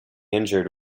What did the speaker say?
injured